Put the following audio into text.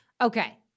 Okay